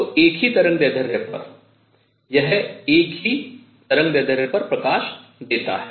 तो एक ही तरंगदैर्ध्य पर यह एक ही तरंगदैर्ध्य पर प्रकाश देता है